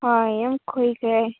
ꯍꯣꯏ ꯌꯥꯝ ꯀꯨꯏꯈ꯭ꯔꯦ